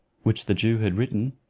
which the jew had written,